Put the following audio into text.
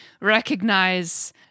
recognize